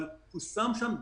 אבל הוא גם שם דגש